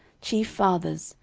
chief fathers,